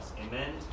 Amen